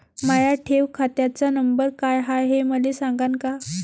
माया ठेव खात्याचा नंबर काय हाय हे मले सांगान का?